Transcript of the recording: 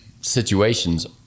situations